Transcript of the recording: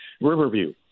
Riverview